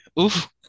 Oof